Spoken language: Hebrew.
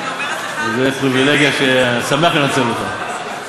אני אומרת לך, זו פריבילגיה שאני שמח לנצל אותה.